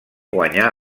guanyà